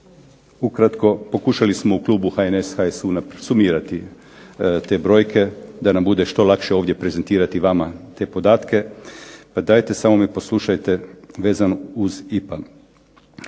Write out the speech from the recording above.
ukratko pokušali smo u klubu HNS, HSU sumirati te brojke da nam bude što lakše ovdje prezentirati vama te podatke, pa dajte samo me poslušajte vezano uz IPA.